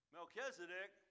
Melchizedek